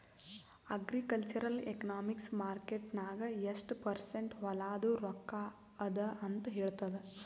agricultural economics market ನಾಗ್ ಎಷ್ಟ percent ಹೊಲಾದು ರೊಕ್ಕಾ ಅದ ಅಂತ ಹೇಳ್ತದ್